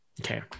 Okay